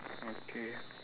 okay